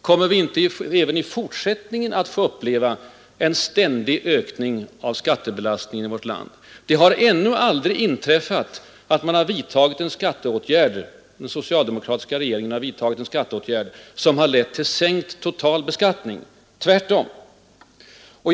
Kommer vi inte även i fortsättningen att få uppleva en ständig ökning av skattebelastningen i vårt land? Det har ju ännu aldrig inträffat att den socialdemokratiska regeringen vidtagit en skatteåtgärd som har lett till sänkt totalbeskattning — tvärtom.